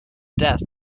death